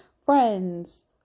Friends